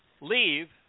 leave